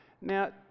Now